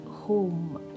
home